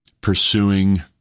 pursuing